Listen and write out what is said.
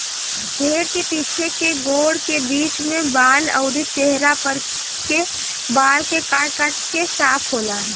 भेड़ के पीछे के गोड़ के बीच में बाल अउरी चेहरा पर के बाल के काट काट के साफ होला